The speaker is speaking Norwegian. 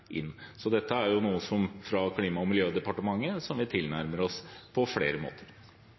inn. Så dette er noe som vi fra Klima- og miljødepartementets side tilnærmer oss på flere måter.